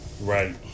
Right